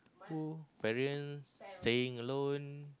both parents staying alone